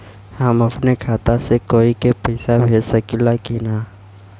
हम अपने खाता से कोई के पैसा भेज सकी ला की ना?